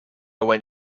went